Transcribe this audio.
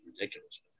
ridiculous